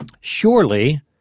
Surely